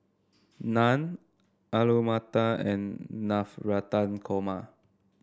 Naan Alu Matar and Navratan Korma